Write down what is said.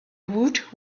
woot